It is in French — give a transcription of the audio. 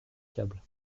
câble